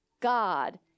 God